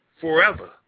forever